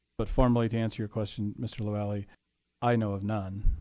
but formally to answer your question, mr. lavalley, i know of none